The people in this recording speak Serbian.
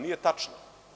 Nije tačno.